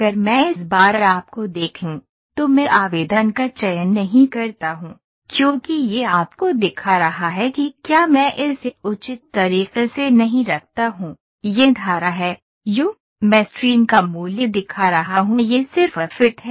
अगर मैं इस बार आपको देखूं तो मैं आवेदन का चयन नहीं करता हूं क्योंकि यह आपको दिखा रहा है कि क्या मैं इसे उचित तरीके से नहीं रखता हूं यह धारा µ है you मैं स्ट्रीम का मूल्य दिखा रहा हूं यह सिर्फ फिट है